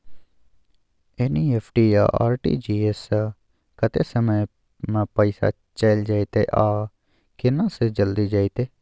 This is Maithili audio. एन.ई.एफ.टी आ आर.टी.जी एस स कत्ते समय म पैसा चैल जेतै आ केना से जल्दी जेतै?